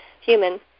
human